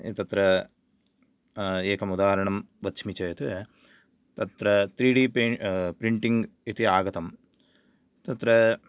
एतत्र एकम् उदाहरणं वच्मि चेत् तत्र थ्री डि प्रिण्टिङ्ग् इति आगतं तत्र